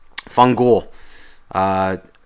Fungul